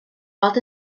weld